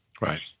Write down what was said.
Right